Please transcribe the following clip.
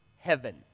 heaven